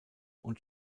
und